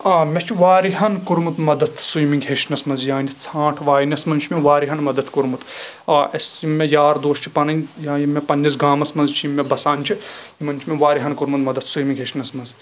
آ مےٚ چھُ واریاہَن کوٚرمُت مدد سُوِمِنٛگ ہٮ۪چھنس منٛز یعنی ژَھانٛٹھ واینس منٛز چھُ مےٚ واریاہَن مدد کوٚرمُت آ اسہِ یِم مےٚ یار دوس چھِ پَنٕنۍ یا یِم مےٚ پننِس گامَس منٛز چھِ یِم مےٚ بَسان چھِ یِمن چھُ مےٚ وارہاہِن کوٚرمُت مدد سُوِمِنٛگ ہٮ۪چھنس منٛز